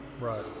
Right